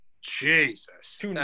Jesus